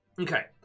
Okay